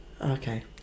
Okay